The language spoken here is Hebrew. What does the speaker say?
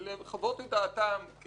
לחות את דעתם כן מתאים,